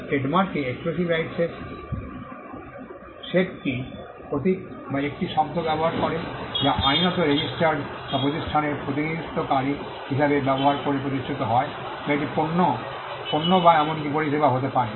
ট্রেডমার্কে exclusive rights এর সেটটি প্রতীক বা একটি শব্দ ব্যবহার করে যা আইনত রেজিস্টার্ড বা প্রতিষ্ঠানের প্রতিনিধিত্বকারী হিসাবে ব্যবহার করে প্রতিষ্ঠিত হয় বা এটি পণ্য পণ্য বা এমনকি পরিষেবা হতে পারে